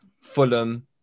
Fulham